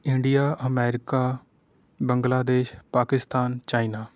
India America Bangladesh Pakistan China